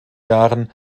jahren